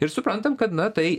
ir suprantame kad na tai